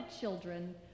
children